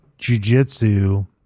jujitsu